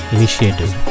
Initiative